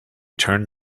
turned